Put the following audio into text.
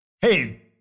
Hey